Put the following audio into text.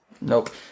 Nope